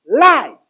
lie